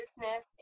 business